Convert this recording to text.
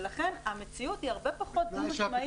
ולכן המציאות היא הרבה פחות דו-משמעית.